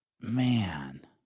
Man